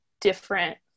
different